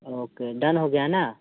okay done हो गया ना